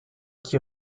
qui